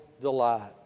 delight